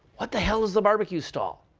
what the hell is the barbecue stall?